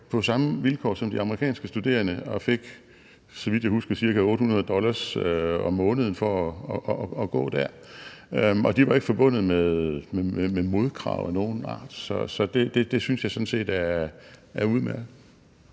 på samme vilkår, som de amerikanske studerende, og fik, så vidt jeg husker, ca. 800 dollars om måneden for at gå der. Og de var ikke forbundet med modkrav af nogen art. Det synes jeg sådan set er udmærket.